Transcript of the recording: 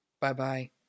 Bye-bye